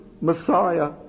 messiah